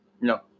No